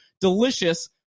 delicious